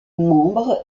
membre